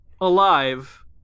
alive